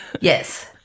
Yes